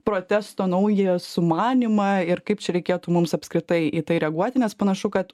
protesto naują sumanymą ir kaip čia reikėtų mums apskritai į tai reaguoti nes panašu kad